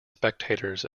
spectators